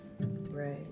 Right